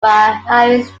harris